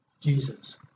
Jesus